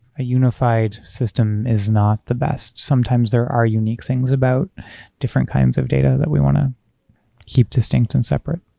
a unified system is not the best. sometimes there are unique things about different kinds of data that we want to keep distinct and separate.